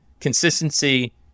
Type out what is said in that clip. consistency